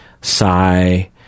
sigh